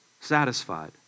Satisfied